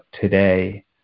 today